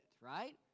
right